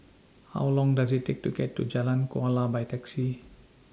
How Long Does IT Take to get to Jalan Kuala By Taxi